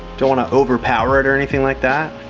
don't want to overpower it or anything like that.